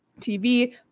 TV